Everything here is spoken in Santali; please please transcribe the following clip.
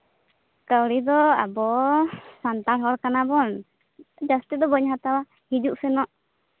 ᱠᱟᱹᱣᱰᱤ ᱫᱚ ᱟᱵᱚ ᱥᱟᱱᱛᱟᱲ ᱦᱚᱲ ᱠᱟᱱᱟᱵᱚᱱ ᱡᱟᱹᱥᱛᱤ ᱫᱚ ᱵᱟᱹᱧ ᱦᱟᱛᱟᱣᱟ ᱦᱤᱡᱩᱜ ᱥᱮᱱᱚᱜ